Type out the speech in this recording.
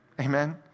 Amen